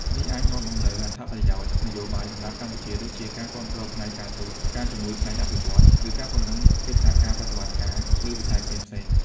នេះអាចនាំមកនូវអត្ថប្រយោជន៍នយោបាយសម្រាប់កម្ពុជា ដូចជាការគាំទ្រផ្នែកការទូត ការជំនួយផ្នែកអភិវឌ្ឍន៍ ឬការពង្រឹងកិច្ចសហប្រតិបត្តិការលើវិស័យផ្សេងៗ។